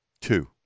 Two